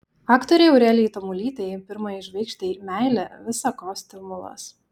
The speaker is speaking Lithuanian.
aktorei aurelijai tamulytei pirmajai žvaigždei meilė visa ko stimulas